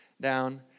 down